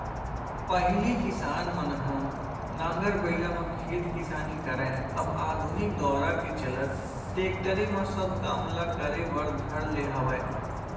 पहिली किसान मन ह नांगर बइला म खेत किसानी करय अब आधुनिक दौरा के चलत टेक्टरे म सब काम ल करे बर धर ले हवय